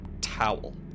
towel